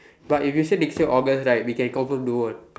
but if you say next year August right we can confirm do one